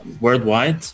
worldwide